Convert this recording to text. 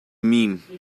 mean